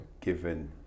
given